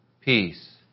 peace